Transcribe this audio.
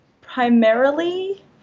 primarily